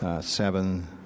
Seven